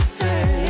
say